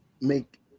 make